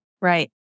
Right